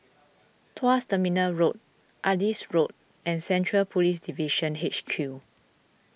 Tuas Terminal Road Adis Road and Central Police Division H Q